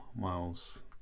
miles